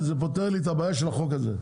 זה פותר לי את הבעיה של החוק הזה.